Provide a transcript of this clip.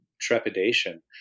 trepidation